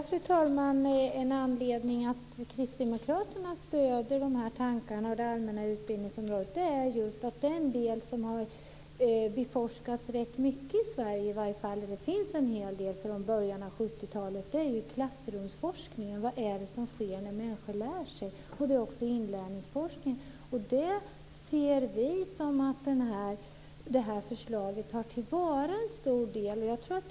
Fru talman! En anledning till att Kristdemokraterna stöder de här tankarna på det allmänna utbildningsområdet är just att den del som det har forskats rätt mycket på i Sverige, och där det finns en hel del från början av 70-talet, är klassrumsforskningen, vad som sker när människor lär sig. Det är också inlärningsforskningen. Vi ser det så att en stor del av det tas till vara i det här förslaget.